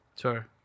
sure